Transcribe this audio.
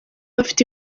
afite